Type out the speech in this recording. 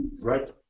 Right